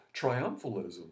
triumphalism